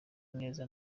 neza